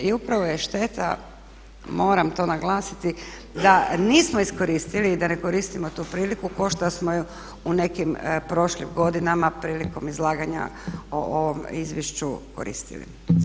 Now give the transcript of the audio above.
I upravo je šteta, moram to naglasiti da nismo iskoristili i da ne koristimo tu priliku kao što smo ju u nekim prošlim godinama prilikom izlaganja o ovom izvješću koristili.